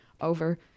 over